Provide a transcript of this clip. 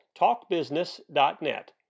TalkBusiness.net